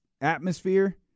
atmosphere